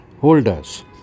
holders